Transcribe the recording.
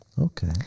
okay